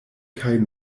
kaj